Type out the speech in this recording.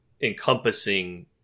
encompassing